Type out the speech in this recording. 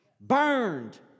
burned